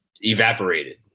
evaporated